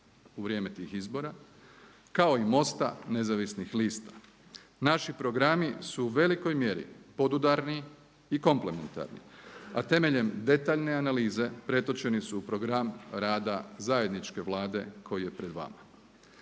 u vrijeme tih izbora kao i MOST-a Nezavisnih lista. Naši programi su u velikoj mjeri podudarni i komplementarni a temeljem detaljne analize pretočeni su u program rada zajedničke Vlade koji je pred vama.